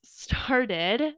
started